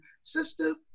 sister